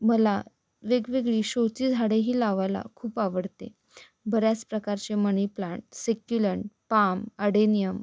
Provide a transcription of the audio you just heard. मला वेगवेगळी शोची झाडेही लावायला खूप आवडते बऱ्याच प्रकारचे money plant succulent palm adenium